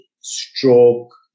stroke